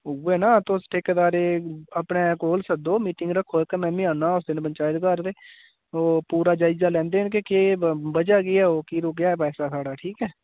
उ'ऐ ना तुस ठेकेदारै ई अपने कोल सद्दो मिटिंग रक्खो इक मिमी औन्ना उस दिन पंचायत घर ते ओह् पूरा जायजा लैंदे न कि ब'जा केह् ऐ ओह् की रुकेआ पैसा साढ़ा ठीक ऐ